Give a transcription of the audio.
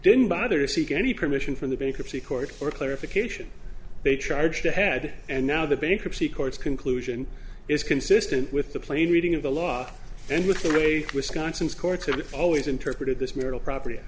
didn't bother to seek any permission from the bankruptcy court for clarification they charged ahead and now the bankruptcy courts conclusion is consistent with the plain reading of the law and with the way wisconsin's courts have always interpreted this marital property i